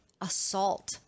assault